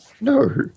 No